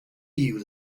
you